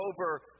over